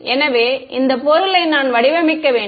எனவே இந்த பொருளை நான் வடிவமைக்க வேண்டும்